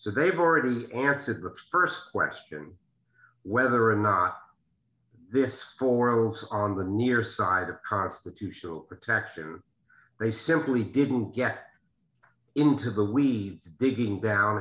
so they've already answered the st question whether or not this forum on the near side of constitutional protection they simply didn't get into the we digging down